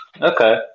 Okay